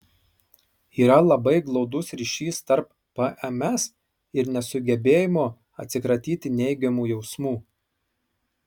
yra labai glaudus ryšys tarp pms ir nesugebėjimo atsikratyti neigiamų jausmų